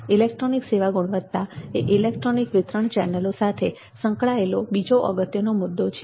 electronic સેવા ગુણવત્તા એ ઇલેક્ટ્રોનિક વિતરણ ચેનલો સાથે સંકળાયેલો બીજો અગત્યનો મુદ્દો છે